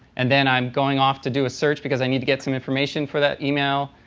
and then i'm going off to do a search because i need to get some information for that email,